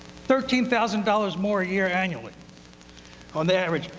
thirteen thousand dollars more a year annually on the average,